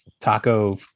taco